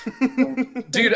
Dude